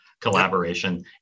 collaboration